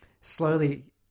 slowly